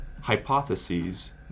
hypotheses